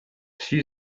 she